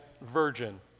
virgin